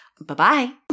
Bye-bye